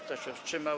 Kto się wstrzymał?